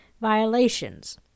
violations